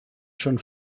schon